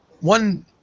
one